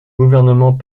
gouvernement